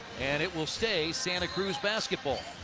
and it will stay santa cruz basketball.